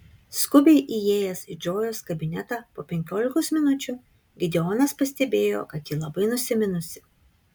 skubiai įėjęs į džojos kabinetą po penkiolikos minučių gideonas pastebėjo kad ji labai nusiminusi